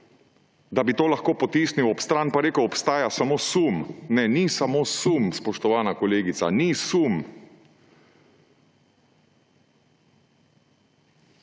da bi to lahko potisnil ob stran pa rekel, obstaja samo sum. Ne, ni samo sum, spoštovana kolegica, ni sum.